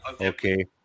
Okay